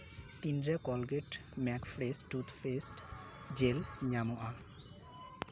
ᱛᱤᱱᱨᱮ Colgate max fresh toothpaste gel ᱧᱟᱢᱚᱜᱼᱟ